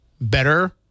better